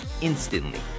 instantly